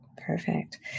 Perfect